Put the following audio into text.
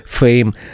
Fame